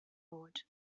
oed